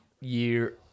year